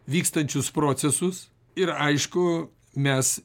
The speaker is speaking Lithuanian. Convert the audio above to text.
vykstančius procesus ir aišku mes